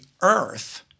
earth